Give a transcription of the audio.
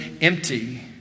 empty